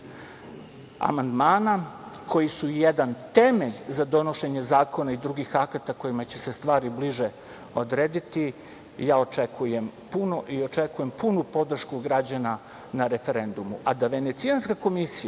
amandmana koji su jedan temelj za donošenje zakona i drugih akata kojima će se stvari bliže odrediti, ja očekujem puno i očekujem punu podršku građana na referendumu.A da Venecijanska komisija